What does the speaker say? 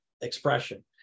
expression